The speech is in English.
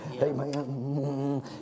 Amen